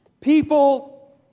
people